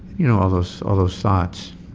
you know, all those all those thoughts.